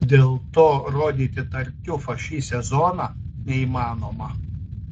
dėl to rodyti tartiufą šį sezoną neįmanoma